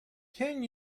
can